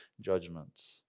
judgments